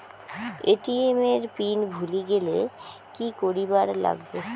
ATM এর pin ভুলি গেলে কি করিবার লাগবে?